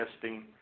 testing